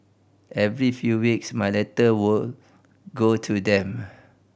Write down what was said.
every few weeks my letter would go to them